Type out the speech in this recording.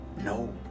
No